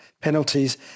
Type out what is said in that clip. penalties